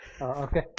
Okay